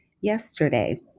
yesterday